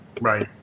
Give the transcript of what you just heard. right